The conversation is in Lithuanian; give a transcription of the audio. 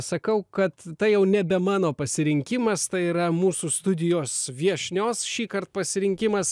sakau kad tai jau nebe mano pasirinkimas tai yra mūsų studijos viešnios šįkart pasirinkimas